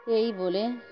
এই বলে